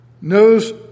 knows